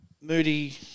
Moody